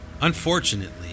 Unfortunately